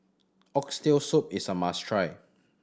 Oxtail Soup is a must try